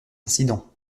incident